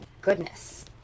Goodness